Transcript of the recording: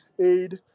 aid